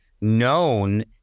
known